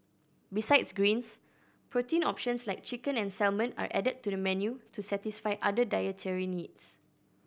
besides greens protein options like chicken and salmon are added to the menu to satisfy other dietary needs